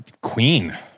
Queen